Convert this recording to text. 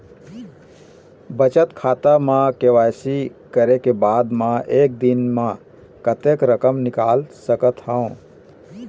बचत खाता म के.वाई.सी करे के बाद म एक दिन म कतेक रकम निकाल सकत हव?